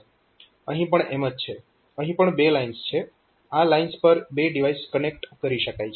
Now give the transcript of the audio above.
અહીં પણ એમ જ છે અહીં પણ બે લાઇન્સ છે આ લાઇન્સ પર બે ડિવાઇસ કનેક્ટ કરી શકાય છે